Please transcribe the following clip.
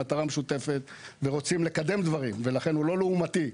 מטרה משותפת ורוצים לקדם דברים ולכן הוא לא לעומתי.